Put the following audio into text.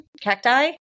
Cacti